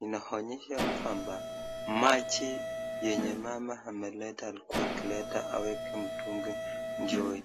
inaonyesha kwamba, maji yenye mama ameleta alkuwa aweke mtungi ndio